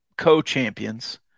co-champions